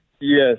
Yes